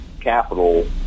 capital